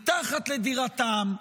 מתחת לדירתם,